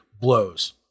blows